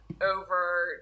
over